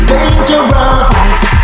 Dangerous